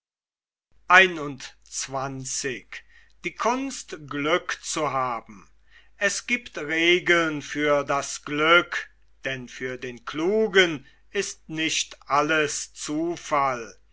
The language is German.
es giebt regeln für das glück denn für den klugen ist nicht alles zufall